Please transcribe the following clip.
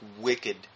wicked